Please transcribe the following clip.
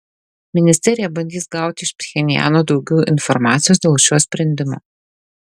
ministerija bandys gauti iš pchenjano daugiau informacijos dėl šio sprendimo